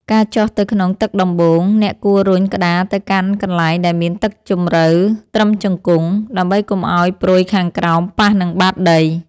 ការចុះទៅក្នុងទឹកដំបូង អ្នកគួររុញក្តារទៅកាន់កន្លែងដែលមានទឹកជម្រៅត្រឹមជង្គង់ ដើម្បីកុំឱ្យព្រុយខាងក្រោមប៉ះនឹងបាតដី។